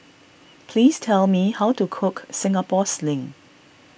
please tell me how to Cook Singapore Sling